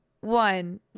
one